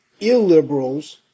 illiberals